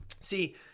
See